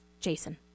Jason